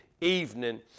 evening